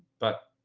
but,